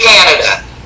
Canada